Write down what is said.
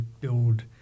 build